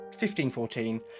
1514